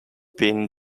been